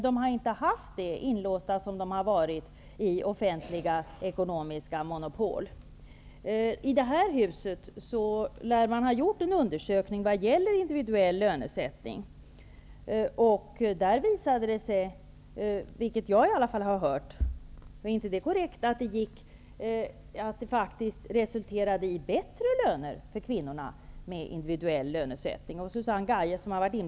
Det har de inte haft, inlåsta som de har varit i offentliga ekonomiska monopol. I det här huset lär man ha gjort en undersökning vad gäller individuell lönesättning. Där visade det sig, vilket jag har hört och tror är korrekt, att det finns exempel på grupper där individuell lönesättning faktiskt resulterade i bättre löner för kvinnorna.